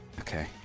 Okay